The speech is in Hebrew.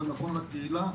זה נכון לקהילה,